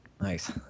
Nice